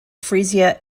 frisia